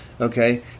okay